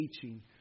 teaching